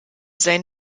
seinen